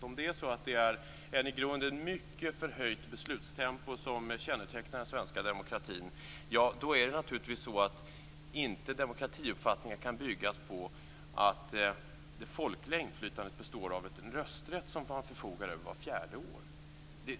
Om det är ett i grunden mycket förhöjt beslutstempo som kännetecknar den svenska demokratin kan naturligtvis inte demokratiuppfattningen byggas på att det folkliga inflytandet består i en rösträtt som man förfogar över vart fjärde år.